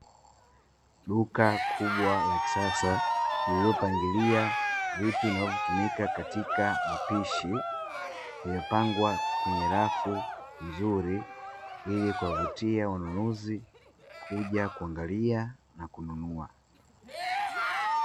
Duka kubwa la kisasa lililopangilia vitu vinavyotumika katika mapishi, imepangwa kwenye rafu nzuri, ili kuwavutia wanunuzi kuja kuangalia na kununua.